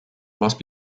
must